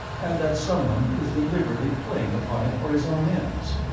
and that someone is deliberately playing upon it for his own ends.